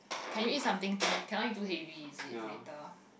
can you eat something too hea~ cannot eat too heavy is it later